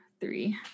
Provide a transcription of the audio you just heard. three